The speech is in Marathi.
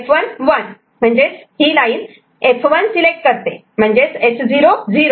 तर ही लाईन सिलेक्ट F1 करते म्हणजेच S0 0